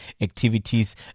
activities